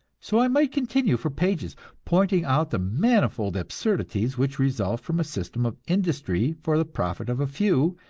so i might continue for pages, pointing out the manifold absurdities which result from a system of industry for the profit of a few,